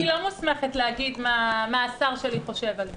אני לא מוסמכת להגיד מה השר שלי חושב על זה.